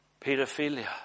Pedophilia